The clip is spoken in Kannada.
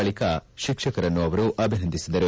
ಬಳಿಕ ಶಿಕ್ಷಕರನ್ನು ಅಭಿನಂದಿಸಿದರು